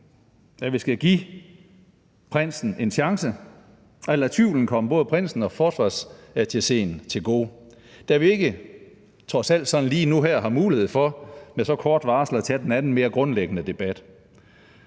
at vi skal give prinsen en chance og lade tvivlen komme både prinsen og forsvarsattacheen til gode, da vi ikke trods alt sådan lige nu og her har mulighed for med så kort varsel at tage den anden mere grundlæggende debat,